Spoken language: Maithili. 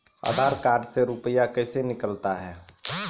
आधार कार्ड से रुपये कैसे निकलता हैं?